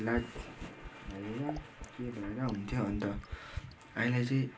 लाज भएर के भएर हुन्थ्यो अन्त अहिले चाहिँ